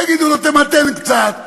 יגידו לו: תמתן קצת,